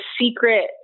secret